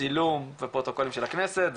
צילום לפרוטוקולים של הכנסת,